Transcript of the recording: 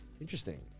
Interesting